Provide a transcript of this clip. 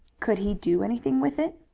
could he do anything with it?